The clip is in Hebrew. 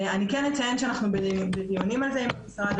אני כן אציין שאנחנו בדיונים על זה עם המשרד,